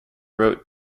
wrote